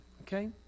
okay